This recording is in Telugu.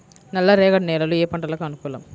నల్లరేగడి నేలలు ఏ పంటలకు అనుకూలం?